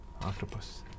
octopus